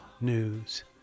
news